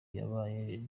yabaye